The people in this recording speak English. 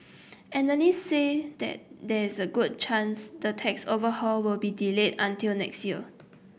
analyst say there there is a good chance the tax overhaul will be delayed until next year